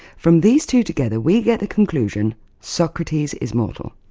from these two together we get conclusion socrates is mortal.